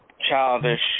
childish